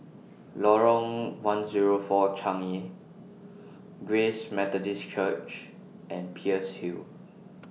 Lorong one Zero four Changi Grace Methodist Church and Peirce Hill